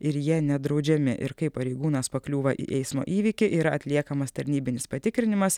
ir jie nedraudžiami ir kai pareigūnas pakliūva į eismo įvykį yra atliekamas tarnybinis patikrinimas